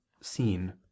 seen